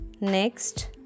Next